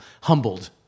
humbled